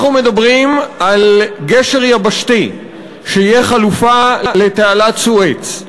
אנחנו מדברים על גשר יבשתי שיהיה חלופה לתעלת סואץ.